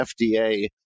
FDA